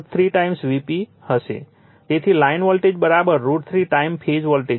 તેથી line voltage √ 3 time phase voltage છે